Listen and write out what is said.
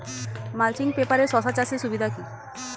Mulching পেপারে শসা চাষের সুবিধা কি?